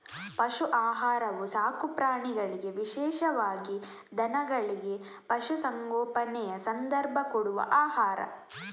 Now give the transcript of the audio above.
ಪಶು ಆಹಾರವು ಸಾಕು ಪ್ರಾಣಿಗಳಿಗೆ ವಿಶೇಷವಾಗಿ ದನಗಳಿಗೆ, ಪಶು ಸಂಗೋಪನೆಯ ಸಂದರ್ಭ ಕೊಡುವ ಆಹಾರ